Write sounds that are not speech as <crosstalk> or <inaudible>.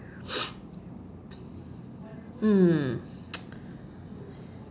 mm <noise>